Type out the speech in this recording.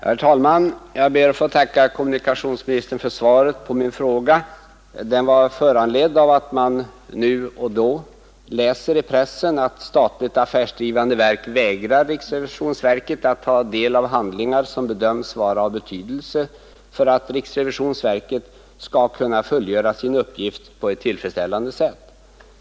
Herr talman! Jag ber att få tacka kommunikationsministern för svaret på min fråga. Den var föranledd av att man nu och då läser i pressen att statliga affärsdrivande verk vägrar riksrevisionsverket att få ta del av handlingar som bedöms vara av betydelse för att riksrevisionsverket skall kunna fullgöra sin uppgift på ett tillfredsställande sätt.